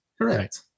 Correct